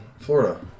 Florida